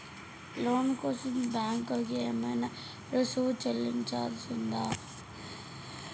లోను కోసం బ్యాంక్ కి ఏమైనా రుసుము చెల్లించాల్సి ఉందా?